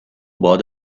باد